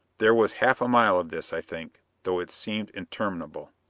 there was half a mile of this, i think, though it seemed interminable.